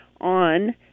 on